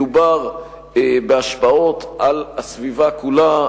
מדובר בהשפעות על הסביבה כולה.